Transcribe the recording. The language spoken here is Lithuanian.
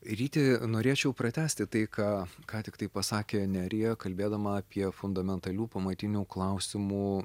ryti norėčiau pratęsti tai ką ką tiktai pasakė nerija kalbėdama apie fundamentalių pamatinių klausimų